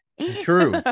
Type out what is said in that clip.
True